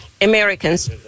Americans